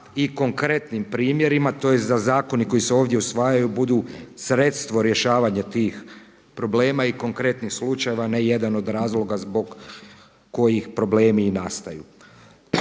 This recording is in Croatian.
i konkretnim primjerima, tj. da zakoni koji se ovdje usvajaju budu sredstvo rješavanja tih problema i konkretnih slučajeva na jedan od razloga zbog koji problemi i nastaju.